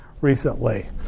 recently